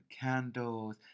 candles